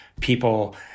people